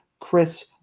Chris